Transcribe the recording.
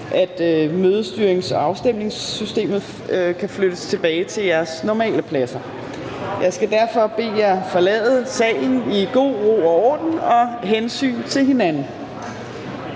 at mødestyrings- og afstemningssystemet kan flyttes tilbage til jeres normale pladser. Jeg skal derfor bede jer forlade salen i god ro og orden og at vise hensyn til hinanden.